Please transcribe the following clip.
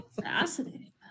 fascinating